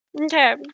Okay